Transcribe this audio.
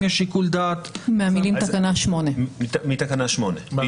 יש שיקול דעת --- מהמילים תקנה 8. חברים,